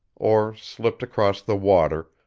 or slipped across the water,